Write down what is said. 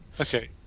Okay